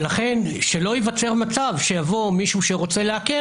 לכן שלא ייווצר מצב שיבוא מישהו שרוצה לעקל